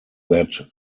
that